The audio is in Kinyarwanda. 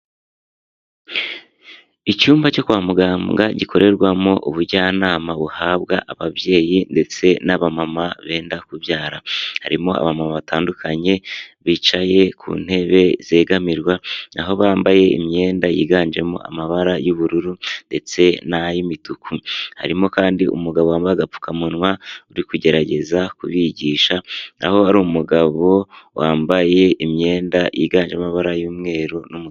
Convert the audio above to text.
Icyumba cyo kwa muganga gikorerwamo ubujyanama buhabwa ababyeyi ndetse n'aba mama benda kubyara. Harimo abamama batandukanye bicaye ku ntebe zegamirwa, aho bambaye imyenda yiganjemo amabara y'ubururu ndetse n'ay'imituku. Harimo kandi umugabo wambaye agapfukamunwa uri kugerageza kubigisha naho ari umugabo wambaye imyenda iganje amabara y'umweru n'umuku..